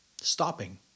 stopping